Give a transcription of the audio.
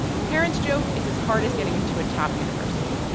parents joke it's as hard as getting into a top university.